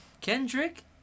kendrick